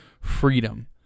freedom